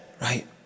right